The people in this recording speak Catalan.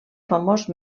famós